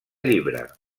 llibre